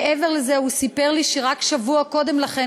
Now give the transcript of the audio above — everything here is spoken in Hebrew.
מעבר לזה הוא סיפר לי שרק שבוע קודם לכן,